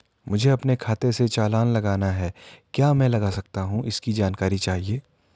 मुझे अपने खाते से चालान लगाना है क्या मैं लगा सकता हूँ इसकी जानकारी चाहिए?